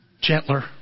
gentler